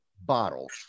bottles